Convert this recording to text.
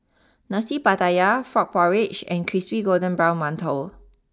Nasi Pattaya Frog Porridge and Crispy Golden Brown Mantou